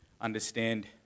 understand